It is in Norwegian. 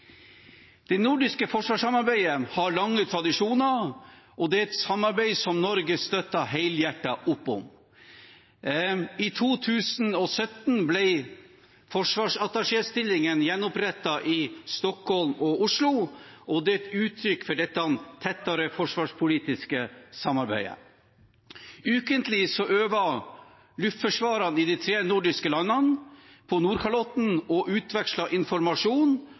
Det nordiske forsvarssamarbeidet har lange tradisjoner, og det er et samarbeid som Norge støtter helhjertet opp om. I 2017 ble forsvarsattaché-stillingen gjenopprettet i Stockholm og Oslo, det er et uttrykk for dette tettere forsvarspolitiske samarbeidet. Ukentlig øver luftforsvarene i de tre nordiske landene på Nordkalotten og utveksler informasjon,